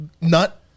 nut